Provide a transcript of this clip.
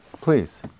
Please